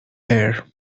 air